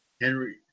Henry